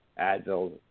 Advil